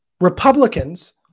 Republicans